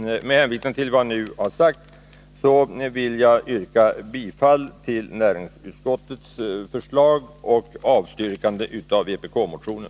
Med hänvisning till vad jag nu har sagt vill jag yrka bifall till näringsutskottets förslag och avslag på vpk-motionen.